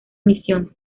misión